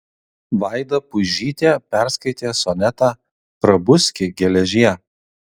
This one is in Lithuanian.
vaida puižytė perskaitė sonetą prabuski geležie